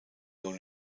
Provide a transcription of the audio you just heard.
only